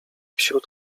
wśród